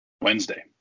Wednesday